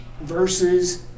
versus